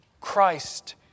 Christ